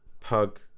pug